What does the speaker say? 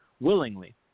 willingly